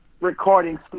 recording